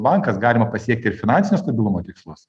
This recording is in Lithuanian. bankas galima pasiekti ir finansinio stabilumo tikslus